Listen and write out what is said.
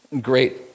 Great